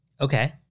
Okay